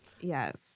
Yes